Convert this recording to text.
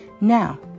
Now